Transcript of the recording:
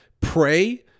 pray